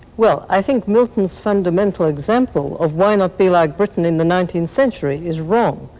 well, i think milton's fundamental example of why not be like britain in the nineteenth century is wrong.